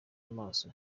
amaso